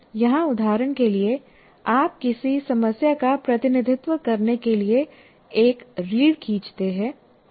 यहां उदाहरण के लिए आप किसी समस्या का प्रतिनिधित्व करने के लिए एक रीढ़ खींचते हैं